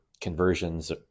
conversions